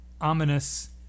ominous